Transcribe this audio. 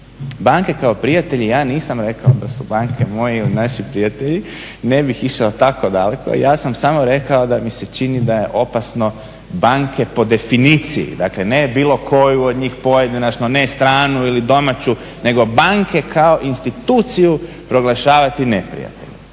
Banke kao prijatelji, ja nisam rekao da su banke moji ili naši prijatelji, ne bih išao tako daleko. Ja sam samo rekao da mi se čini da je opasno banke po definiciji, dakle ne bilo koju od njih pojedinačno ne stranu ili domaću nego banke kao instituciju proglašavati neprijateljem